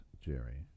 Jerry